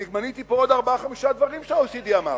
אני מניתי פה עוד ארבעה, חמישה דברים שה-OECD אמר.